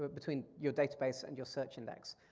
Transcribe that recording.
but between your database and your search index.